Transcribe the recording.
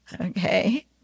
Okay